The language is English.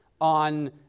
on